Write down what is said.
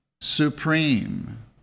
supreme